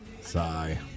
sigh